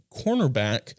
cornerback